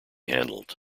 handled